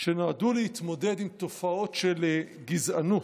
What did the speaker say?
שנועדו להתמודד עם תופעות של גזענות,